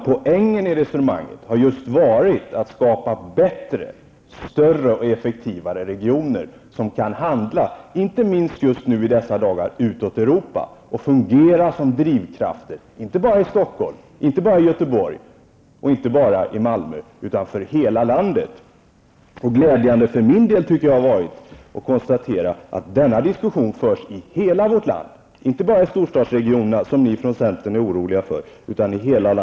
Poängen i resonemanget har varit att skapa bättre, större och effektivare regioner, som kan handla, inte minst i dessa dagar, ut mot Europa och fungera som drivkrafter, inte bara i Stockholm, Göteborg och Malmö utan för hela landet. För min del tycker jag att det varit glädjande att konstatera att denna diskussion förs i hela vårt land, inte bara i storstadsregionerna, som ni i centern är oroliga för.